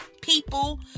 people